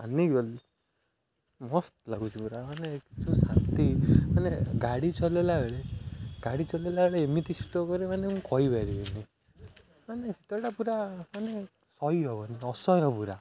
ମାନିଗଲି ମସ୍ତ ଲାଗୁଛି ପୁରା ମାନେ ଶାନ୍ତି ମାନେ ଗାଡ଼ି ଚଲାଇଲା ବେଳେ ଗାଡ଼ି ଚଲାଇଲା ବଳେ ଏମିତି ଶୀତ କରେ ମାନେ ମୁଁ କହିପାରିବିିନି ମାନେ ଶୀତଟା ପୁରା ମାନେ ସହି ହବନି ଅସହ୍ୟ ପୁରା